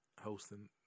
hosting